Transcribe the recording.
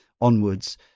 onwards